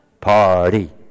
Party